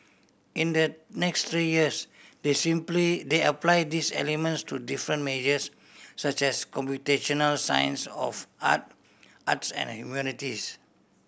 in the next three years they seem play they are apply these elements to different majors such as computational science of art arts and humanities